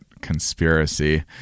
conspiracy